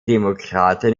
demokraten